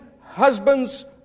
husbands